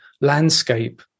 landscape